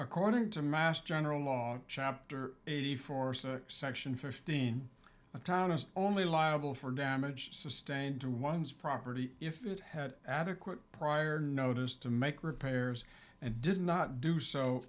according to mass general law chapter eighty four so section fifteen a town is only liable for damage sustained to one's property if it had adequate prior notice to make repairs and did not do so